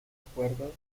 acuerdo